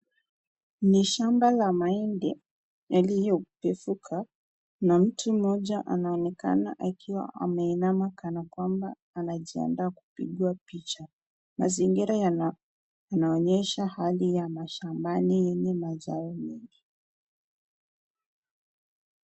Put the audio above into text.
Ni shamba la mahindi yaliyopevuka na mtu mmoja anaonekana akiwa ameinama kanakwamba anajiandaa kupigwa picha. Mazingira yanaonyesha hali ya nashambani yenye mazao mengi.